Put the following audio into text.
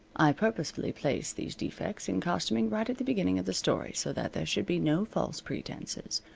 i purposely placed these defects in costuming right at the beginning of the story, so that there should be no false pretenses.